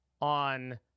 on